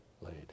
laid